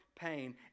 pain